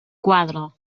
quadre